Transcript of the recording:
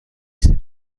سیب